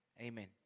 Amen